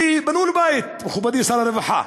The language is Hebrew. ובנו לו בית, מכובדי שר הרווחה,